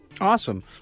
Awesome